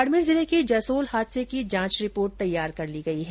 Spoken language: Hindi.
बाडमेर जिले के जसोल हादसे की जांच रिपोर्ट तैयार कर ली गई है